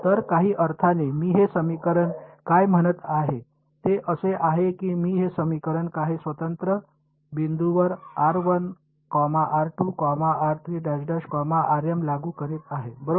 तर काही अर्थाने मी हे समीकरण काय म्हणत आहे ते असे आहे की मी हे समीकरण काही स्वतंत्र बिंदूंवर लागू करीत आहे बरोबर